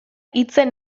hitzen